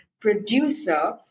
producer